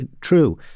true